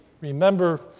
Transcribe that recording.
remember